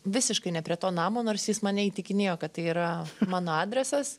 visiškai ne prie to namo nors jis mane įtikinėjo kad tai yra mano adresas